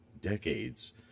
decades